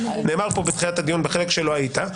נאמר פה בתחילת הדיון בחלק שלא היית,